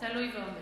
תלוי ועומד,